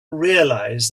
realize